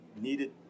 needed